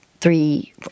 three